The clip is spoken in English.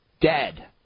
Dead